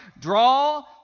Draw